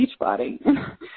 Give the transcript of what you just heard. Beachbody